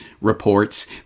reports